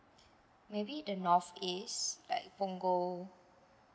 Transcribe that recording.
maybe the north east like punggol